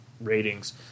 ratings